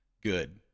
good